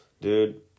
Dude